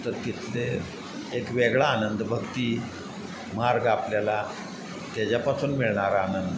तर तिथले एक वेगळा आनंद भक्ती मार्ग आपल्याला त्याच्यापासून मिळणारा आनंद